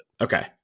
Okay